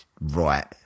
right